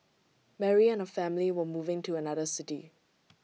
Mary and her family were moving to another city